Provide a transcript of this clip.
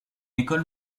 école